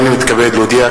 הנני מתכבד להודיע,